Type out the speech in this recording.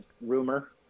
rumor